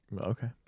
Okay